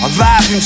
Alive